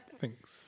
Thanks